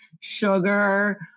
sugar